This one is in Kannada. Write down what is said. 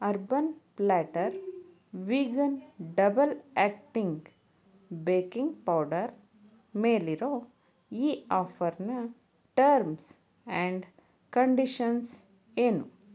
urban Platter vegan double acting baking powder ಮೇಲಿರೋ ಈ ಆಫರ್ನ ಟರ್ಮ್ಸ್ ಆ್ಯಂಡ್ ಕಂಡೀಷನ್ಸ್ ಏನು